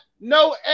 no